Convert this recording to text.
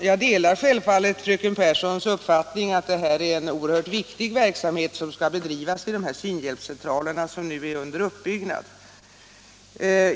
Herr talman! Självfallet delar jag fröken Pehrssons uppfattning att det är en oerhört viktig verksamhet som skall bedrivas i de synhjälpscentraler som nu är under uppbyggnad.